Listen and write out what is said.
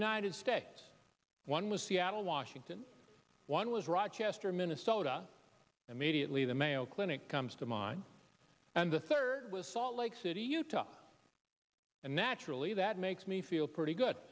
united states one was seattle washington one was rochester minnesota immediately the mayo clinic comes to mind and the third was salt lake city utah and naturally that makes me feel pretty good